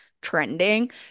trending